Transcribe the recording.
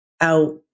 out